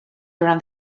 around